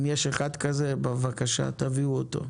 אם יש אחד כזה בבקשה תביאו אותו.